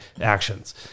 actions